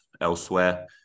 elsewhere